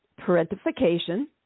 parentification